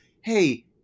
Hey